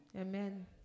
Amen